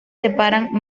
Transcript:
separan